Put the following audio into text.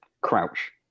crouch